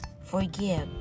forgive